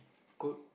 good